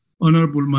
honorable